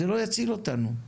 זה לא יציל אותנו,